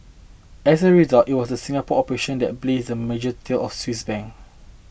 as a result it was the Singapore operation that blazed the merger trail of Swiss Bank